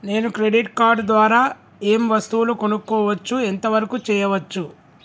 నేను credit card ద్వారా ఏం వస్తువులు కొనుక్కోవచ్చు ఎంత వరకు చేయవచ్చు?